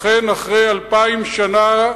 אכן, אחרי אלפיים שנה,